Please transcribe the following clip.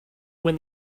when